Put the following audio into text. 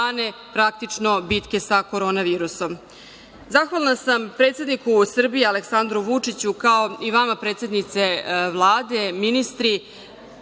praktično bitke sa Korona virusom. Zahvalna sam, predsedniku Srbije Aleksandru Vučiću kao i vama predsednice Vlade, ministri,